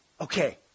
Okay